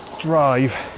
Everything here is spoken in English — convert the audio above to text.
drive